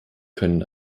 können